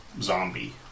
zombie